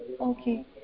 Okay